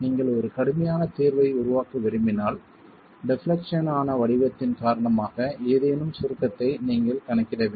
நீங்கள் ஒரு கடுமையான தீர்வை உருவாக்க விரும்பினால் டெப்லெக்சன் ஆன வடிவத்தின் காரணமாக ஏதேனும் சுருக்கத்தை நீங்கள் கணக்கிட வேண்டும்